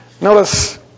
Notice